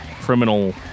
criminal